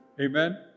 Amen